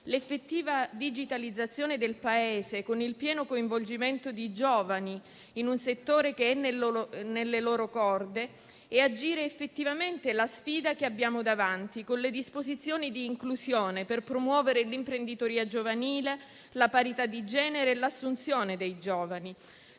all'effettiva digitalizzazione del Paese, con il pieno coinvolgimento dei giovani in un settore che è nelle loro corde, e a raccogliere effettivamente la sfida che abbiamo davanti, attraverso le disposizioni di inclusione, per promuovere l'imprenditoria giovanile, la parità di genere, l'assunzione dei giovani